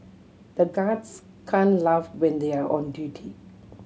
the guards can laugh when they are on duty